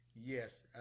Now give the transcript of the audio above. yes